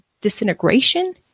disintegration